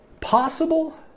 Possible